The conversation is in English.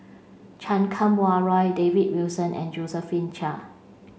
Chan Kum Wah Roy David Wilson and Josephine Chia